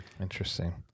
interesting